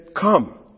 Come